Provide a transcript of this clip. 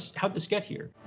how'd this get here?